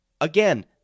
Again